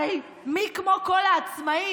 הרי מי כמו כל העצמאים,